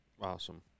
awesome